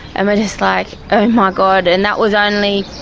and we're just like, oh my god! and that was only,